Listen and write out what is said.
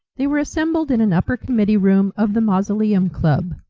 they were assembled in an upper committee room of the mausoleum club.